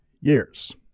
years